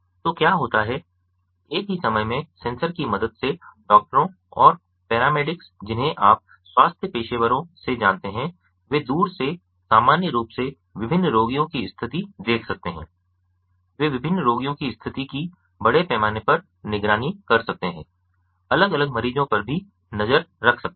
तो क्या होता है एक ही समय में सेंसर की मदद से डॉक्टरों और पैरामेडिक्स जिन्हें आप स्वास्थ्य पेशेवरों से जानते हैं वे दूर से सामान्य रूप से विभिन्न रोगियों की स्थिति देख सकते हैं वे विभिन्न रोगियों की स्थिति की बड़े पैमाने पर निगरानी कर सकते हैं अलग अलग मरीज़ों पर भी नज़र रख सकते हैं